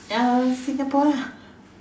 uh Singapore lah